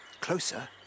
Closer